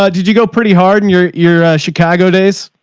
ah did you go pretty hard and your you're a chicago days?